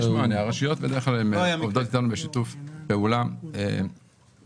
הרשויות בדרך כלל עובדות איתנו בשיתוף פעולה מלא.